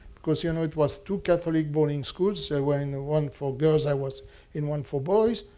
because, you know, it was two catholic boarding schools, so and one for girls. i was in one for boys.